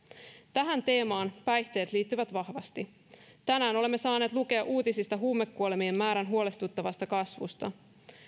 tähän teemaan päihteet liittyvät vahvasti tänään olemme saaneet lukea uutisista huumekuolemien määrän huolestuttavasta kasvusta